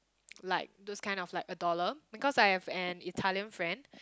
like those kind of like a dollar because I have an Italian friend